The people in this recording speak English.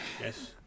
Yes